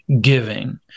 giving